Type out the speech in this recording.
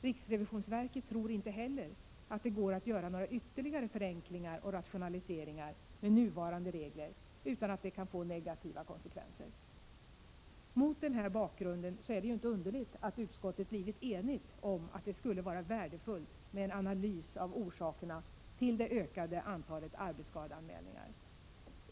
Riksrevisionsverket tror inte heller att det går att 123 göra några ytterligare förenklingar och rationaliseringar med nuvarande regler utan att det kan få negativa konsekvenser. Mot den här bakgrunden är det inte underligt att utskottet har blivit enigt om att det skulle vara värdefullt med en analys av orsakerna till det ökade antalet arbetsskadeanmälningar.